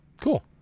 Cool